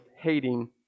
hating